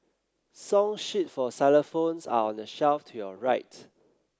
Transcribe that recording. song sheet for xylophones are on the shelf to your right